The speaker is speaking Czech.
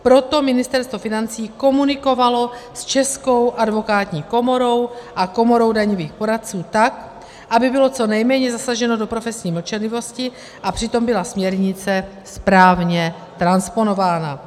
Proto Ministerstvo financí komunikovalo s Českou advokátní komorou a Komorou daňových poradců, tak aby bylo co nejméně zasaženo do profesní mlčenlivosti a přitom byla směrnice správně transponována.